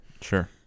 sure